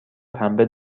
پنبه